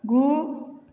गु